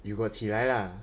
you got 起来 lah